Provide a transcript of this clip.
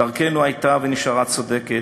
דרכנו הייתה ונשארה צודקת,